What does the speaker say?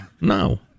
No